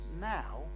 now